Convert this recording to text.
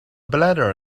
bladder